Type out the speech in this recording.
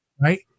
right